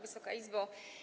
Wysoka Izbo!